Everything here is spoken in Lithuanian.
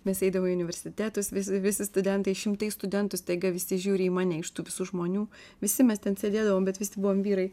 visi eidavo į universitetus visi visi studentai šimtai studentų staiga visi žiūri į mane iš tų visų žmonių visi mes ten sėdėdavom bet visi buvom vyrai